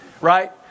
right